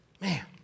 Man